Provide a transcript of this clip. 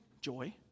Joy